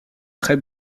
très